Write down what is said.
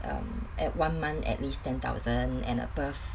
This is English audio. um at one month at least ten thousand and above